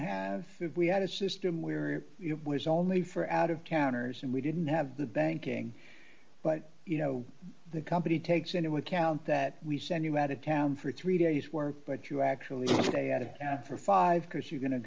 have we had a system where it was only for out of towners and we didn't have the banking but you know the company takes into account that we send you out of town for three days work but you actually stay out of town for five because you're going to